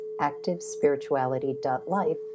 activespirituality.life